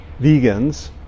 vegans